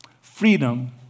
Freedom